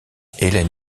helen